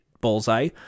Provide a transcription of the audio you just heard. Bullseye